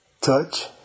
Touch